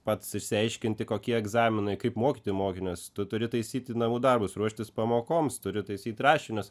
pats išsiaiškinti kokie egzaminai kaip mokyti mokinius tu turi taisyti namų darbus ruoštis pamokoms turi taisyt rašinius